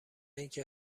اینکه